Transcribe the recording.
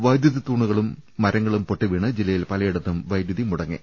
വൈദ്യുതിത്തൂണുകളും മരങ്ങളും പൊട്ടിവീണ് ജില്ലയിൽ പലയിടത്തും വൈദ്യുതി മുടങ്ങി